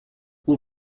all